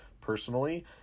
Personally